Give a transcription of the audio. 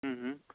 હા